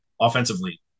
offensively